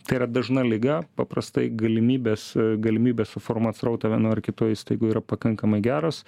tai yra dažna liga paprastai galimybės galimybės suformuot srautą vienoj ar kitoj įstaigoj yra pakankamai geros